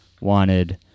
wanted